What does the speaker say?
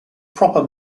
proper